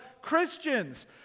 Christians